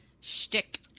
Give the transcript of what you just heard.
shtick